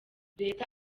leta